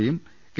പിയും കെ